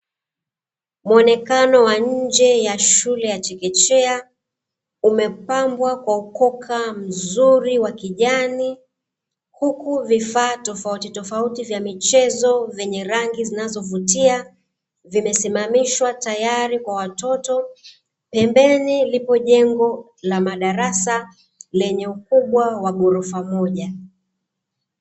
Mwonekano wa nje ya shule ya chekechea, umepambwa kwa ukoka mzuri wa kijani, huku vifaa tofautitofauti vya michezo vyenye rangi zinazovutia, vimesimamishwa tayari kwa watoto. Pemebeni lipo jengo la madarasa, lenye ukubwa wa ghorofa moja.